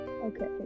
Okay